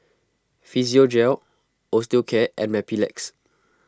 Physiogel Osteocare and Mepilex